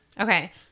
okay